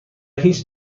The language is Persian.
هیچ